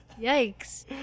yikes